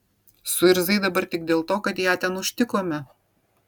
suirzai dabar tik dėl to kad ją ten užtikome